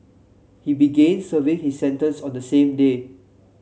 he began serving his sentence on the same day